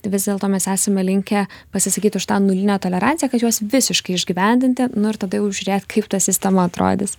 vis dėlto mes esame linkę pasisakyt už tą nulinę toleranciją kad juos visiškai išgyvendinti nu ir tada jau žiūrėt kaip ta sistema atrodys